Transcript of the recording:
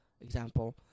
Example